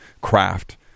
craft